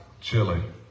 Chili